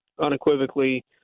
unequivocally